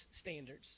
standards